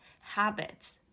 habits